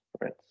right